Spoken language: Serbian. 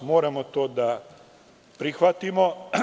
Moramo to da prihvatimo.